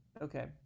Okay